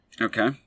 Okay